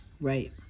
Right